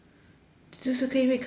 就是肯因为肯